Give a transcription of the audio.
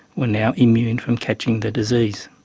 were now immune from catching the disease.